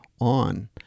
on